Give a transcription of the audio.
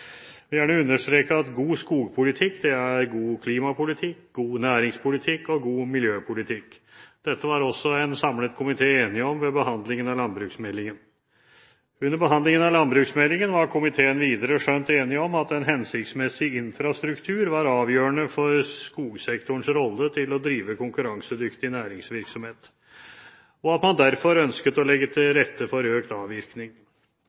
vil gjerne understreke at god skogpolitikk er god klimapolitikk, god næringspolitikk og god miljøpolitikk. Dette var også en samlet komité enig om ved behandlingen av landbruksmeldingen. Under behandlingen av landbruksmeldingen var komiteen videre skjønt enig om at en hensiktsmessig infrastruktur var avgjørende for skogsektorens rolle til å drive konkurransedyktig næringsvirksomhet, og at man derfor ønsket å legge til rette for økt avvirkning.